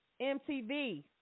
MTV